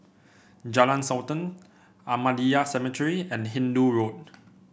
Jalan Sultan Ahmadiyya Cemetery and Hindoo Road